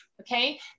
Okay